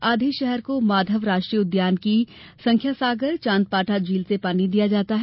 आधे शहर को माधव राष्ट्रीय उद्यान की संख्या सागर चांद पाटा झील से पानी दिया जाता है